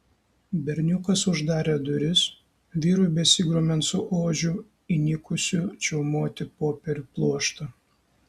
berniukas uždarė duris vyrui besigrumiant su ožiu įnikusiu čiaumoti popierių pluoštą